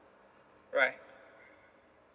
right